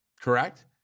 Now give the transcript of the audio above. correct